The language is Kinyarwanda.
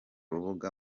rubuga